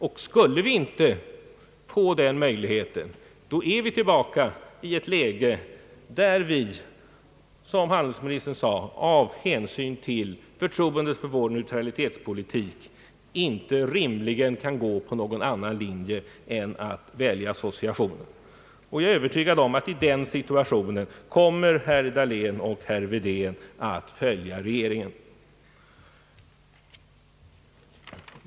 Och skulle vi inte få den möjligheten är vi tillbaka i ett läge där vi, som handelsministern sade, av hänsyn till förtroendet för vår neutralitetspolitik inte rimligen kan gå på någon annan linje än att välja association. Jag är övertygad om att ifall den situationen uppstår, då kommer herr Dahlén och herr Wedén att följa regeringen.